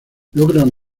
logran